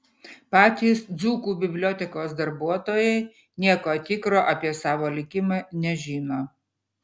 patys dzūkų bibliotekos darbuotojai nieko tikro apie savo likimą nežino